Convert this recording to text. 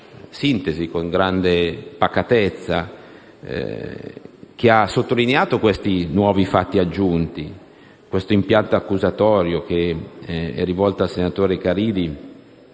sintesi e con grande pacatezza. Egli ha sottolineato questi nuovi fatti intervenuti e questo impianto accusatorio rivolto al senatore Caridi,